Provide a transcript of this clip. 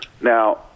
Now